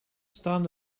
staan